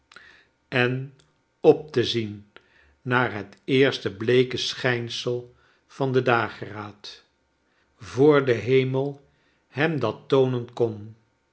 en op te zien naar het eerste bleeke schijnsel van den dageraad voor de heme hem dat toonen kon